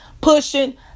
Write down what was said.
pushing